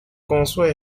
conçoit